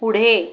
पुढे